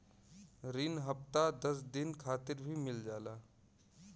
रिन हफ्ता दस दिन खातिर भी मिल जाला